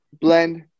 blend